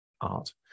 art